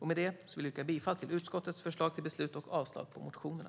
Med det vill jag yrka bifall till utskottets förslag till beslut och avslag på motionerna.